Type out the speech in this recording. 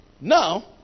now